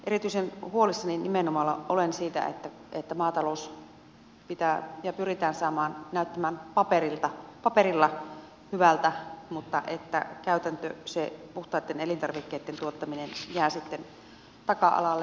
erityisen huolissani nimenomaan olen siitä että maatalous pyritään saamaan näyttämään paperilla hyvältä mutta käytäntö puhtaitten elintarvikkeitten tuottaminen jää sitten taka alalle